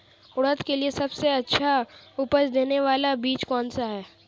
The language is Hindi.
उड़द के लिए सबसे अच्छा उपज देने वाला बीज कौनसा है?